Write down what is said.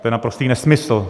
To je naprostý nesmysl.